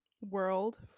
world